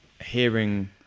hearing